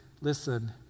Listen